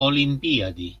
olimpiadi